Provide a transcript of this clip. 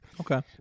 Okay